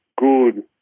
good